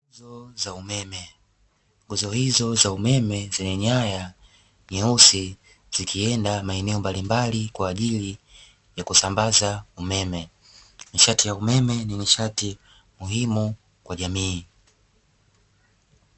Nguzo za umeme, nguzo hizo za umeme zenye nyaya nyeusi zikienda maeneo mbalimbali kwa ajili ya kusambaza umeme, nishati ya umeme ni nishati muhimu kwa jamii.